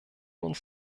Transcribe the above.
uns